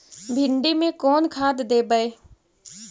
भिंडी में कोन खाद देबै?